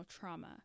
trauma